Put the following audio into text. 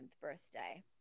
birthday